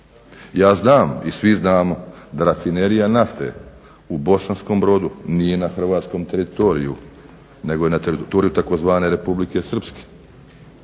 Ja znam i svi znamo da Rafinerija nafte u Bosanskom Brodu nije na hrvatskom teritoriju nego je na teritoriju tzv. Republike Srpske,